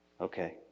Okay